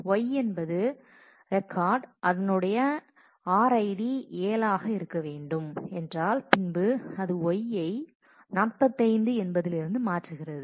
Y என்பது record அதனுடைய RID 7 ஆக இருக்கும் என்றால் பின்பு அது Y யை 45 என்பதிலிருந்து மாற்றுகிறது